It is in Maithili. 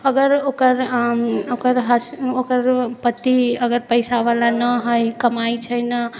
अगर ओकर पति अगर पैसावला नहि हइ कमाइ छै नहि